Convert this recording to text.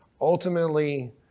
Ultimately